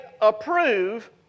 approve